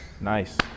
nice